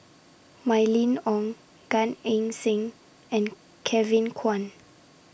Mylene Ong Gan Eng Seng and Kevin Kwan